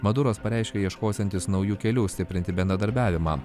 maduras pareiškė ieškosiantis naujų kelių stiprinti bendradarbiavimą